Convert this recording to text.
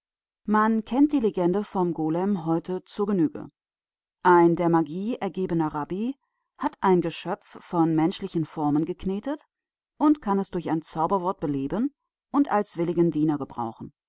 man kennt die legende vom golem heute zur genüge ein der magie ergebener rabbi hat ein geschöpf von menschlichen formen geknetet und kann es durch ein zauberwort beleben und als willigen diener gebrauchen